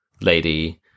lady